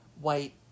white